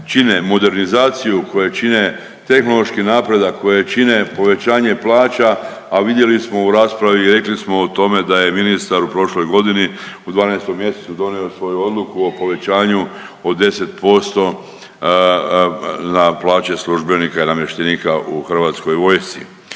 koje čine modernizaciju, koje čine tehnološki napredak, koje čine povećanje plaća, a vidjeli smo u raspravi i rekli smo o tome da je ministar u prošloj godini u 12. mj. donio svoju odluku o povećanju od 10% na plaće službenika i namještenika u Hrvatskoj vojsci.